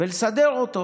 לסדר אותו